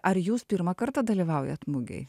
ar jūs pirmą kartą dalyvaujat mugėj